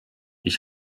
ich